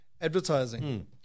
advertising